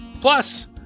Plus